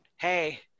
hey